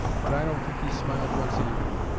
but i don't think he smiled once either.